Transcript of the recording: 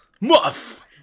Muff